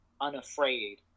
unafraid